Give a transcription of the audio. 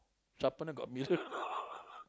sharpener got mirror